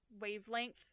wavelength